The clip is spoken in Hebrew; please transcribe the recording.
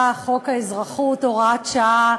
חוק האזרחות והכניסה לישראל (הוראת שעה),